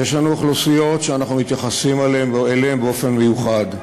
יש לנו אוכלוסיות שאנחנו מתייחסים אליהן באופן מיוחד: